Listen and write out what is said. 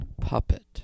Puppet